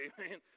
amen